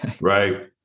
right